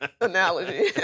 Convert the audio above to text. analogy